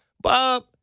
Bob